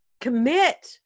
Commit